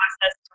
process